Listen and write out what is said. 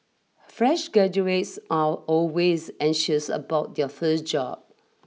fresh graduates are always anxious about their first job